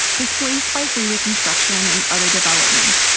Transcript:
displaced by freeway construction and other development.